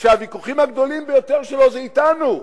שהוויכוחים הגדולים ביותר שלו הם אתנו.